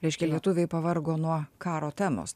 reiškia lietuviai pavargo nuo karo temos